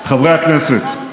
חברי הכנסת,